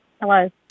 Hello